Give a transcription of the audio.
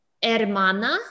Hermana